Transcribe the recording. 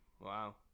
Wow